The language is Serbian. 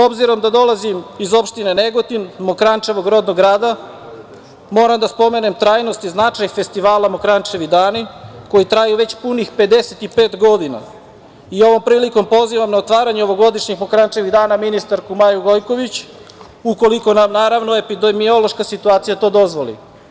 Obzirom da dolazim iz opštine Negotin, Mokranjčevog rodnog grada, moram da spomenem trajnost i značaj festivala „Mokranjčevi dani“ koji traju već punih 55 godina i ovom prilikom pozivam na otvaranje ovogodišnjih „Mokranjčevih dana“ ministarku Maju Gojković, ukoliko nam naravno epidemiološka situacija do dozvoli.